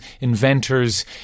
inventors